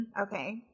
Okay